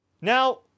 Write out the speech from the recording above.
Now